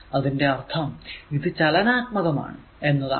അതിന്റെ അർഥം ഇത് ചലനാത്മകം ആണ് എന്നതാണ്